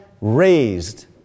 raised